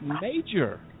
major